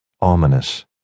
ominous